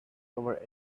over